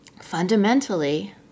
Fundamentally